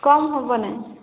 କମ ହେବ ନାହିଁ